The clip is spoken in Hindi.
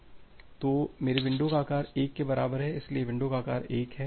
तो मेरे विंडो का आकार 1 के बराबर है इसलिए विंडो का आकार 1 है